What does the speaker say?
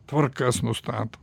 tvarkas nustato